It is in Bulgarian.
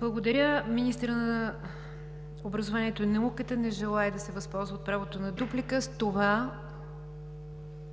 Благодаря. Министърът на образованието и науката не желае да се възползва от правото на дуплика. С това